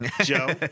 Joe